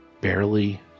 Barely